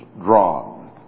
drawn